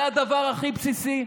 זה הדבר הכי בסיסי,